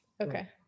okay